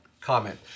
comment